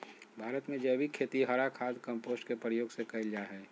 भारत में जैविक खेती हरा खाद, कंपोस्ट के प्रयोग से कैल जा हई